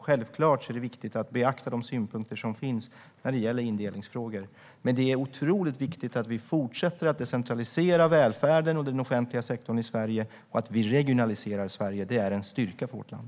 Självklart är det viktigt att beakta de synpunkter som finns när det gäller indelningsfrågor, men det är otroligt viktigt att vi fortsätter att decentralisera välfärden och den offentliga sektorn i Sverige och att vi regionaliserar Sverige. Det är en styrka för vårt land.